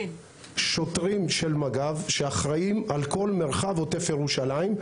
שוטרים של מג"ב שאחראים על כל מרחב עוטף ירושלים,